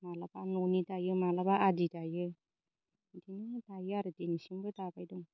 माब्लाबा न'नि दायो माब्लाबा आदि दायो इदिनो दायो आरो दिनैसिमबो दाबाय दं